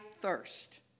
thirst